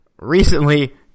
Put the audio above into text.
recently